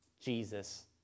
Jesus